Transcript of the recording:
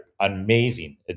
amazing